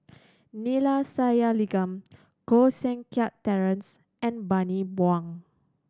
Neila Sathyalingam Koh Seng Kiat Terence and Bani Buang